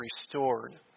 restored